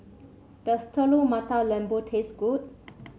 does Telur Mata Lembu taste good